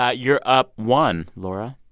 ah you're up one, laura.